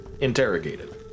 interrogated